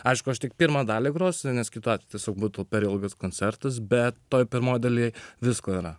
aišku aš tik pirmą dalį grosiu nes kitu atveju būtų per ilgas koncertus bet toje pirmoje dalyje visko yra